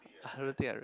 I don't think I